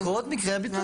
כן, כן, קרות מקרה הביטוח.